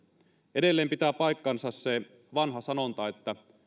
edelleen pitää paikkansa se vanha sanonta että